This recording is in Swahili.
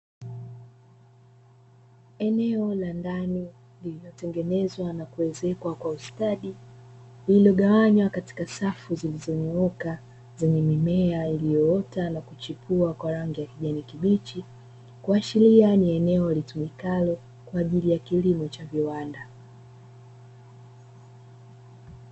Eneo la ndani lililotengenezwa na kuezekwa kwa ustadi lililogawanywa katika safu zilizonyooka, zenye mimea iliyoota na kuchipua kwa rangi ya kijani kibichi, kuashiria ni eneo litumikalo kwa ajili ya kilimo cha viwanda.